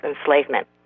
enslavement